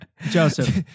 Joseph